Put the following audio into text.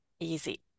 Easy